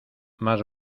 más